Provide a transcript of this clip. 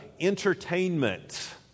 entertainment